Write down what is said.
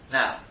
now